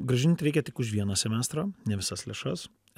grąžint reikia tik už vieną semestrą ne visas lėšas